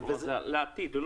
לעתיד.